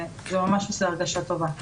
זה ממש עושה הרגשה טובה.